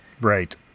right